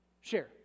share